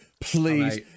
Please